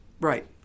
Right